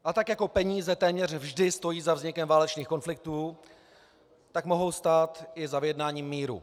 A tak jako peníze téměř vždy stojí za vznikem válečných konfliktů, tak mohou stát i za vyjednáním míru.